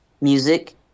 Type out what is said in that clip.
music